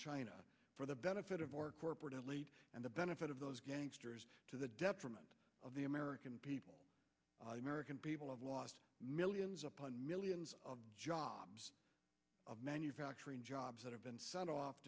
china for the benefit of or corporate elite and the benefit of those to the detriment of the american people american people have lost millions upon millions of jobs of manufacturing jobs that have been sent off